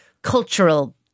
Cultural